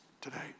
today